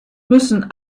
müssen